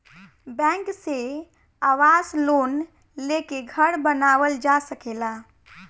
bank से आवास loan लेके घर बानावल जा सकेला